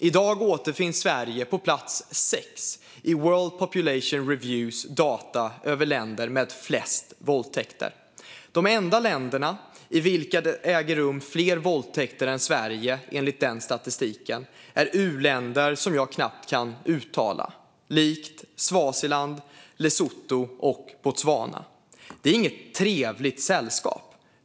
I dag återfinns Sverige på plats sex i World Population Reviews data över länder med flest våldtäkter. De enda länderna i vilka det sker fler våldtäkter än i Sverige är enligt den statistiken u-länder som jag knappt kan uttala namnen på, likt Swaziland, Lesotho och Botswana. Det är inget trevligt sällskap.